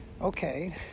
okay